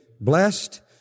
blessed